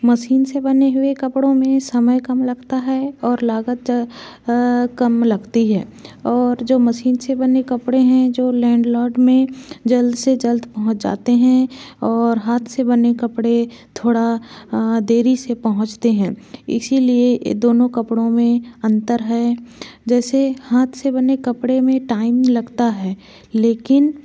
machine से बने हुए कपड़ों में समय कम लगता है और लागत कम लगती है और जो मसीन से बने कपड़े हैं जो लैंडलॉर्ड में जल्द से जल्द पहुंच जाते हैं और हाथ से बने कपड़े थोड़ा देरी से पहुंचते हैं इसलिए दोनों कपड़ों में अंतर है जैसे हाथ से बने कपड़े में टाइम लगता है लेकिन